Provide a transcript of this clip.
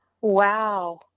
wow